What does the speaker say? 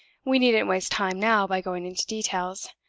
we needn't waste time now by going into details.